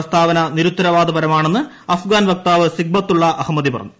പ്രസ്താവന നിരുത്തരവാദപരമാണെന്ന് അഫ്ഗാൻ വക്താവ് സിബ്ഗത്തുള്ള അഹമ്മദി പറഞ്ഞു